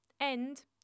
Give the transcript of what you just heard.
end